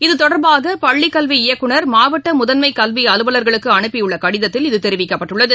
இதுதொடர்பாக இயக்குனர் மாவட்டமுதன்மைகல்விஅலுவலர்களுக்கும் அனுப்பியுள்ளகடிதத்தில் இது தெரிவிக்கப்பட்டுள்ளது